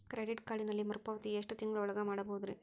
Credit ಕಾರ್ಡಿನಲ್ಲಿ ಮರುಪಾವತಿ ಎಷ್ಟು ತಿಂಗಳ ಒಳಗ ಮಾಡಬಹುದ್ರಿ?